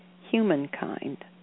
humankind